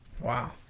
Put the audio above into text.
Wow